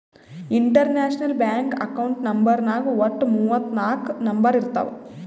international bank account ನಂಬರ್ನಾಗ್ ವಟ್ಟ ಮೂವತ್ ನಾಕ್ ನಂಬರ್ ಇರ್ತಾವ್